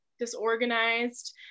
Disorganized